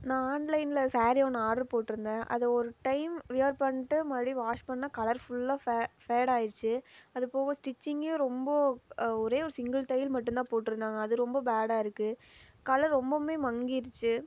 நான் ஆன்லைனில் சாரீ ஒன்று ஆடர் போட்டிருந்தேன் அதை ஒரு டைம் வியர் பண்ணிட்டு மறுபடியும் வாஷ் பண்ணிணேன் கலர் ஃபுல்லாக ஃபே ஃபேடாகிடுச்சி அதுப்போக ஸ்டிச்சிங்கும் ரொம்ப ஒரே ஒரு சிங்கிள் தையல் மட்டும்தான் போட்டிருந்தாங்க அது ரொம்ப பேடாக இருக்குது கலர் ரொம்பவுமே மங்கிடுச்சி